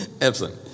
Excellent